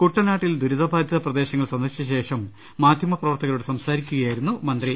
കുട്ടനാട്ടിൽ ദുരിത ബാധിത പ്രദേശങ്ങൾ സന്ദർശിച്ചശേഷം മാധ്യമപ്രവർത്തകരോട് സംസാരിക്കുകയായിരുന്നു മന്ത്രി